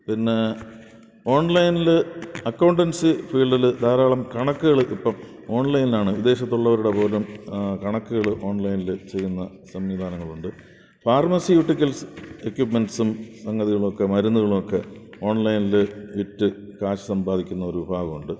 പിന്നെ ഓൺലൈനില് അക്കൗണ്ടൻസി ഫീൽഡില് ധാരാളം കണക്കുകള് ഇപ്പോള് ഓൺലൈനിലാണ് വിദേശത്തുള്ളവരുടെ പോലും കണക്കുകള് ഓൺലൈനില് ചെയ്യുന്ന സംവിധാനങ്ങളുണ്ട് ഫാർമസ്യൂട്ടിക്കൽസ് എക്യുപ്മെൻസും സംഗതികളൊക്കെ മരുന്നുകളൊക്കെ ഓൺലൈനില് വിറ്റ് കാശ് സമ്പാദിക്കുന്ന ഒരു വിഭാഗമുണ്ട്